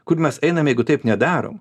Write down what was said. kur mes einam jeigu taip nedarom